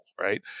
right